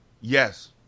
yes